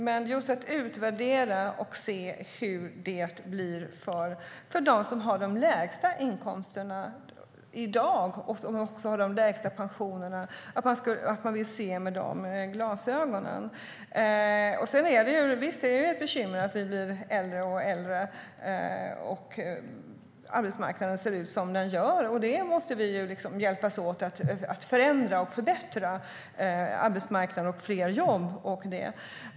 Men man kan utvärdera och se hur det blir för dem som har de lägsta inkomsterna och pensionerna i dag. Man vill se med de glasögonen. Visst är det ett bekymmer att vi blir äldre och äldre och att arbetsmarknaden ser ut som den gör. Vi måste hjälpas åt att förändra och förbättra arbetsmarknaden och få fler jobb.